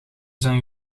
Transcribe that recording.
zijn